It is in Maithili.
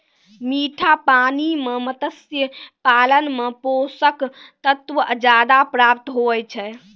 मीठा पानी मे मत्स्य पालन मे पोषक तत्व ज्यादा प्राप्त हुवै छै